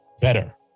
better